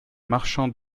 marchand